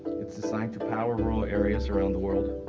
it's designed to power rural areas around the world.